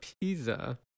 Pisa